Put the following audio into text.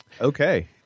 Okay